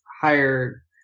higher